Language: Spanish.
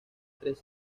tres